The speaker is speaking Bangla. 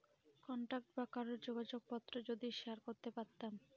কন্টাক্ট বা কারোর যোগাযোগ পত্র যদি শেয়ার করতে পারতাম